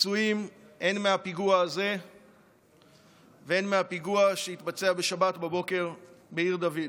לפצועים הן מהפיגוע הזה והן מהפיגוע שהתבצע בשבת בבוקר בעיר דוד.